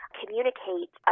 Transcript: communicate